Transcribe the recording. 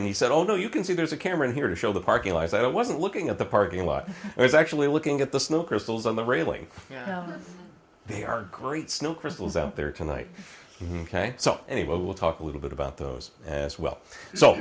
and he said oh no you can see there's a camera here to show the parking lights i wasn't looking at the parking lot i was actually looking at the snow crystals on the railing they are great snow crystals out there tonight ok so anyway we'll talk a little bit about those as well so